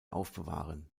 aufbewahren